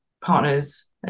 partners